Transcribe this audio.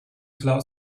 cloud